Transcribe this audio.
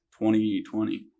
2020